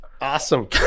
Awesome